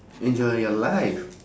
enjoy your life